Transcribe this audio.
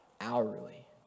hourly